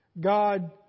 God